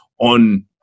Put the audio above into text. On